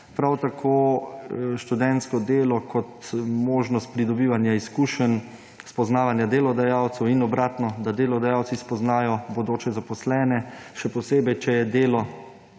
Prav tako je študentsko delo kot možnost pridobivanja izkušenj, spoznavanja delodajalcev in obratno – da delodajalci spoznajo bodoče zaposlene, še posebej, če je delo,